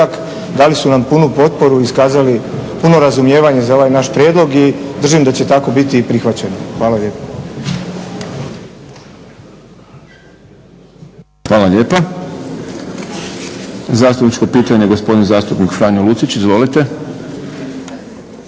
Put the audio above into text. dali su nam punu potporu i iskazali puno razumijevanje za ovaj naš prijedlog i držim da će tako biti i prihvaćen. Hvala lijepo. **Šprem, Boris (SDP)** Hvala lijepa. Zastupničko pitanje, gospodin zastupnik Franjo Lucić. Izvolite.